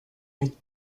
mitt